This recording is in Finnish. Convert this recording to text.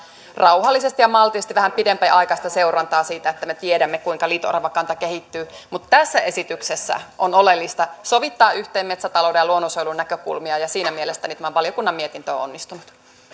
rauhallisesti ja maltillisesti vähän pidempiaikaista seurantaa siitä että me tiedämme kuinka liito oravakanta kehittyy mutta tässä esityksessä on oleellista sovittaa yhteen metsätalouden ja luonnonsuojelun näkökulmia ja siinä mielessä tämä valiokunnan mietintö on onnistunut